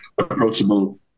approachable